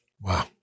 Wow